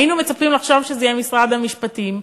היינו מצפים לחשוב שזה יהיה משרד המשפטים,